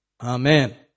Amen